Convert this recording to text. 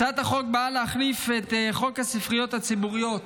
הצעת החוק באה להחליף את חוק הספריות הציבוריות